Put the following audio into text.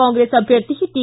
ಕಾಂಗ್ರೆಸ್ ಅಭ್ಯರ್ಥಿ ಟಿ